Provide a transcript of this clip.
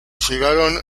llegaron